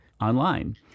online